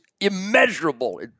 immeasurable